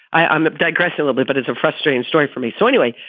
i'm digressing a little bit is a frustrating story for me. so anyway,